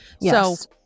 Yes